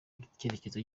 icyerekezo